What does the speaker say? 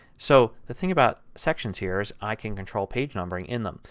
so the thing about sections here is i can control page numbering in them.